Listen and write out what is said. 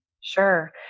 Sure